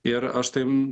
ir aš tai